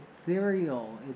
cereal